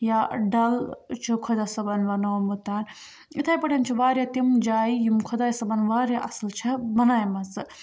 یا ڈَل چھُ خۄدا صٲبَن بَنومُت یِتھَے پٲٹھۍ چھُ واریاہ تِم جایہِ یِم خۄداے صٲبَن واریاہ اَصٕل چھےٚ بَنایمَژٕ